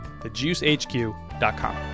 thejuicehq.com